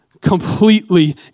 completely